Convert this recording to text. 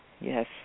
yes